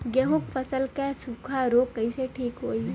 गेहूँक फसल क सूखा ऱोग कईसे ठीक होई?